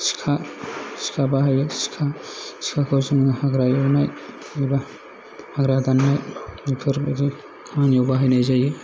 सिखा सिखा बाहायो सिखा सिखाखौ जोङो हाग्रा एवनाय एबा हाग्रा दाननाय बेफोरबायदि खामानियाव बाहायनाय जायो